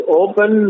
open